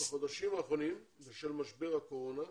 בחודשים האחרונים, בשל משבר הקורונה,